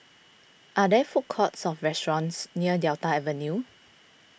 are there food courts or restaurants near Delta Avenue